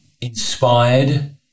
inspired